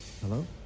Hello